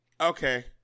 okay